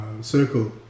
circle